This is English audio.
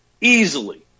Easily